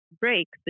breaks